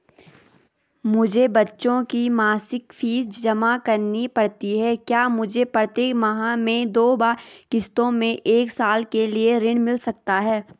मुझे बच्चों की मासिक फीस जमा करनी पड़ती है क्या मुझे प्रत्येक माह में दो बार किश्तों में एक साल के लिए ऋण मिल सकता है?